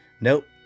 Nope